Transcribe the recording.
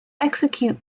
execute